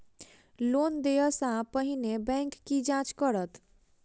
Loan देय सा पहिने बैंक की जाँच करत?